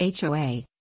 HOA